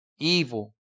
Evil